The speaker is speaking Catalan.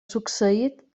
succeït